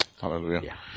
Hallelujah